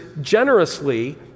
generously